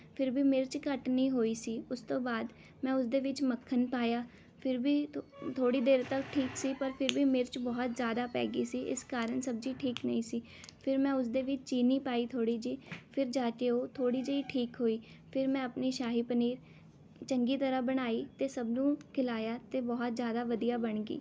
ਫਿਰ ਵੀ ਮਿਰਚ ਘੱਟ ਨਹੀਂ ਹੋਈ ਸੀ ਉਸ ਤੋਂ ਬਾਅਦ ਮੈਂ ਉਸਦੇ ਵਿੱਚ ਮੱਖਣ ਪਾਇਆ ਫਿਰ ਵੀ ਥੋੜ੍ਹੀ ਦੇਰ ਤੱਕ ਠੀਕ ਸੀ ਪਰ ਫਿਰ ਵੀ ਮਿਰਚ ਬਹੁਤ ਜ਼ਿਆਦਾ ਪੈ ਗਈ ਸੀ ਇਸ ਕਾਰਨ ਸਬਜ਼ੀ ਠੀਕ ਨਹੀਂ ਸੀ ਫਿਰ ਮੈਂ ਉਸਦੇ ਵੀ ਚੀਨੀ ਪਾਈ ਥੋੜ੍ਹੀ ਜਿਹੀ ਫਿਰ ਜਾ ਕੇ ਉਹ ਥੋੜ੍ਹੀ ਜਿਹੀ ਠੀਕ ਹੋਈ ਫਿਰ ਮੈਂ ਆਪਣੀ ਸ਼ਾਹੀ ਪਨੀਰ ਚੰਗੀ ਤਰ੍ਹਾਂ ਬਣਾਈ ਅਤੇ ਸਭ ਨੂੰ ਖਿਲਾਇਆ ਅਤੇ ਬਹੁਤ ਜ਼ਿਆਦਾ ਵਧੀਆ ਬਣ ਗਈ